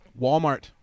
Walmart